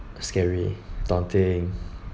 uh scary daunting